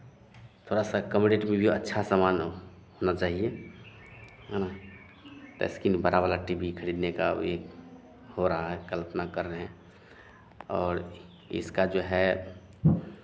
थोड़ा सा कम रेट में भी अच्छा सामान होना चाहिए है ना जैसे कि न बड़ा वाला टी वी खरीदने का ये हो रहा है कल्पना कर रहे हैं और इसका जो है